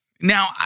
Now